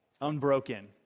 Unbroken